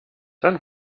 dann